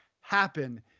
happen